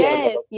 Yes